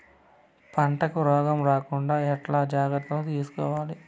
పంటకు రోగం రాకుండా ఎట్లా జాగ్రత్తలు తీసుకోవాలి?